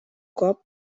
cop